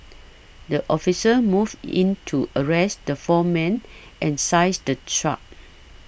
the officers moved in to arrest the four men and size the truck